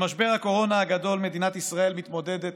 במשבר הקורונה הגדול מדינת ישראל מתמודדת,